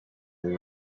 were